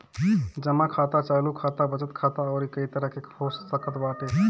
जमा खाता चालू खाता, बचत खाता अउरी कई तरही के हो सकत बाटे